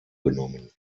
genommen